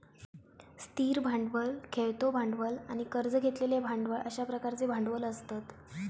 स्थिर भांडवल, खेळतो भांडवल आणि कर्ज घेतलेले भांडवल अश्या प्रकारचे भांडवल असतत